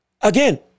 Again